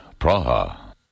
Praha